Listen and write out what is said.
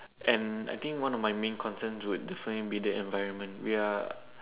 and I think one of my main concerns would definitely be the environment we are